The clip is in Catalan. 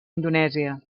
indonèsia